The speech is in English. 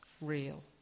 real